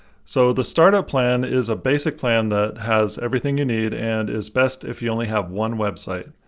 so, the startup plan is a basic plan that has everything you need and is best if you only have one website.